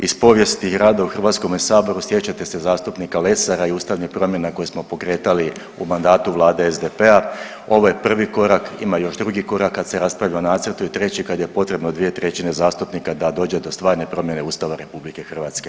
Iz povijesti rada u HS-u, sjećate se zastupnika Lesara i ustavnih promjena koje smo pokretali u mandatu Vlade SDP-a, ovo je prvi korak, ima još drugi korak, kad se raspravlja o nacrtu i treći, kad je potrebno 2/3 zastupnika da dođe do stvarne promjene Ustava RH.